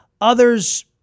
Others